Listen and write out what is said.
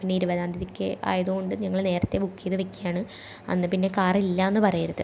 പിന്നെ ഇരുപതാം തിയതിക്ക് ആയത് കൊണ്ട് ഞങ്ങൾ നേരത്തെ ബുക്ക് ചെയ്ത് വയ്ക്കുകയാണ് അന്ന് പിന്നെ കാറില്ലെന്ന് പറയരുത്